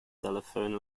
telephone